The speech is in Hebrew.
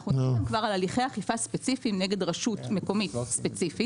אנחנו מדברים כאן כבר על הליכי אכיפה ספציפיים נגד רשות מקומית ספציפית,